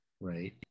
right